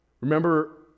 Remember